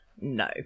no